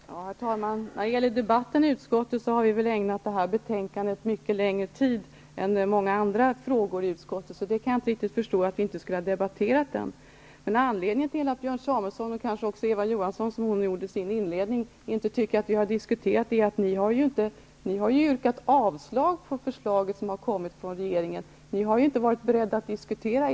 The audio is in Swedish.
Herr talman! När det gäller debatten i utskottet så har vi väl ägnat detta betänkande mycket längre tid än många andra frågor i utskottet. Jag kan inte riktigt förstå att vi inte skulle ha debatterat det. Men anledningen till att Björn Samuelson och kanske också Eva Johansson inte tycker att vi har diskuterat är att de har yrkat avslag på förslaget från regeringen. De har inte varit beredda att diskutera.